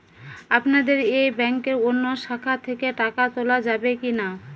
আপনাদের এই ব্যাংকের অন্য শাখা থেকে টাকা তোলা যাবে কি না?